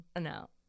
No